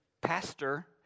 pastor